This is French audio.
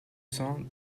cent